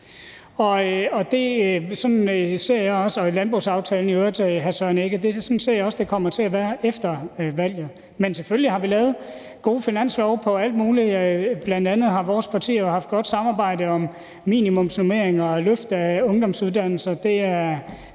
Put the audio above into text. det kommer til at være efter valget. Men selvfølgelig har vi lavet gode finanslove om alt muligt. Bl.a. har vores parti jo haft et godt samarbejde om minimumsnormeringer og løft af ungdomsuddannelser.